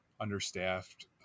understaffed